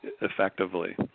effectively